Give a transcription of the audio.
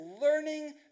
learning